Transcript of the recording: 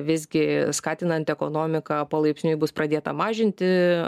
visgi skatinant ekonomiką palaipsniui bus pradėta mažinti